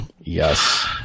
Yes